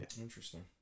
Interesting